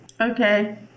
Okay